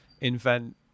invent